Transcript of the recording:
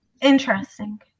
Interesting